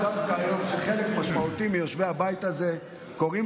כשחלק משמעותי מיושבי הבית הזה קוראים